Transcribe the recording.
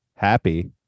Happy